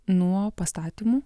nuo pastatymų